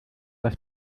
das